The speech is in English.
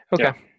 Okay